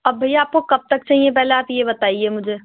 اب بھیا آپ کو کب تک چاہیے پہلے آپ یہ بتائیے مجھے